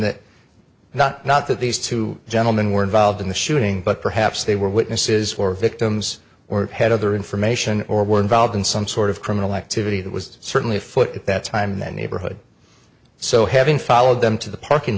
that not not that these two gentlemen were involved in the shooting but perhaps they were witnesses or victims or had other information or were involved in some sort of criminal activity that was certainly foot at that time in that neighborhood so having followed them to the parking